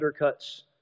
undercuts